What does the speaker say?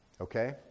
Okay